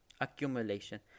accumulation